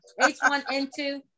H1N2